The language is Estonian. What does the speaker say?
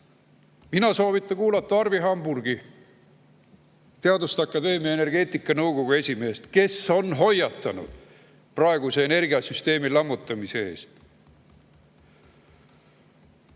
Mina soovitan kuulata Arvi Hamburgi, teaduste akadeemia energeetikanõukogu esimeest, kes on hoiatanud praeguse energiasüsteemi lammutamise eest.